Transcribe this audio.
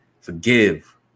Forgive